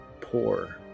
poor